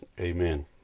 amen